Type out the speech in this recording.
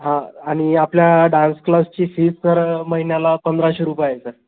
हा आणि आपल्या डान्स क्लासची फीज सर महिन्याला पंधराशे रुपये आहे सर